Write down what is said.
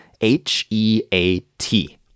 H-E-A-T